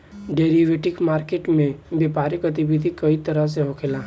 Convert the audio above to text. derivative market में व्यापारिक गतिविधि कई तरह से होखेला